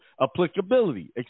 applicability